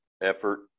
effort